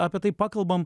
apie tai pakalbam